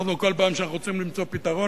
כל פעם שאנחנו רוצים למצוא פתרון,